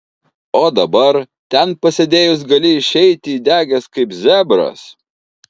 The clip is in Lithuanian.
o dabar ten pasėdėjus gali išeiti įdegęs kaip zebras